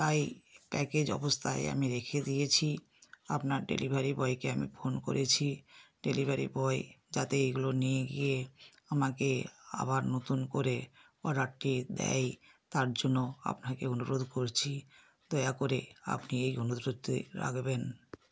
তাই প্যাকেজ অবস্থায় আমি রেখে দিয়েছি আপনার ডেলিভারি বয়কে আমি ফোন করেছি ডেলিভারি বয় যাতে এইগুলো নিয়ে গিয়ে আমাকে আবার নতুন করে অর্ডারটি দেয় তার জন্য আপনাকে অনুরোধ করছি দয়া করে আপনি এই অনুরোধটি রাখবেন